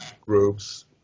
groups